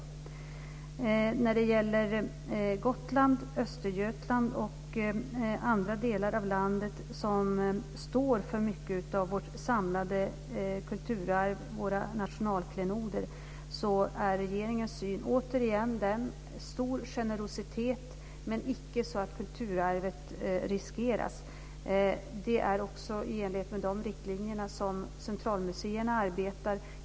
Det är regeringens syn att det ska råda stor generositet när det gäller Gotland, Östergötland och andra delar av landet som står för mycket av vårt samlade kulturarv och våra nationalklenoder, men kulturarvet får inte riskeras. Det är också i enlighet med de riktlinjerna som centralmuseerna arbetar.